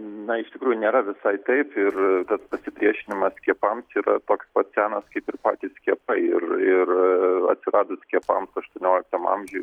na iš tikrųjų nėra visai taip ir tas pasipriešinimas skiepams yra toks pat senas kaip ir patys skiepai ir ir aa atsiradus skiepams aštuonioliktam amžiuj